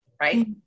Right